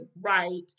right